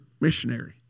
missionary